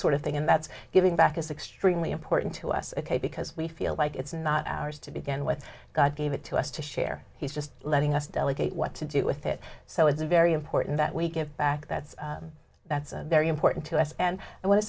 sort of thing and that's giving back is extremely important to us because we feel like it's not ours to begin with god gave it to us to share he's just letting us delegate what to do with it so it's very important that we give back that's that's very important to us and i wan